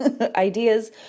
Ideas